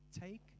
take